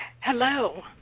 Hello